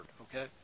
Okay